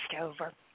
over